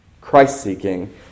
Christ-seeking